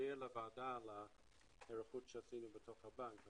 להסביר לוועדה את ההיערכות שעשינו בתוך הבנק.